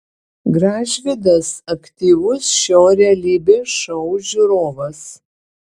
gražvydas aktyvus šio realybės šou žiūrovas